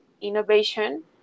innovation